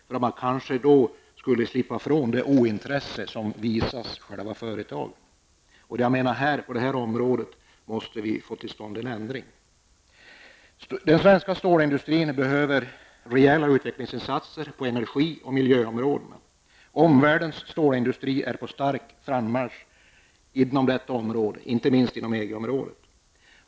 Då skulle man måhända komma ifrån det ointresse som visas företaget. På det området måste vi få till stånd en ändring. Den svenska stålindustrin behöver rejäla utvecklingsinsatser på energi och miljöområdena. Omvärldens stålindustri är på stark frammarsch, inte minst inom EG.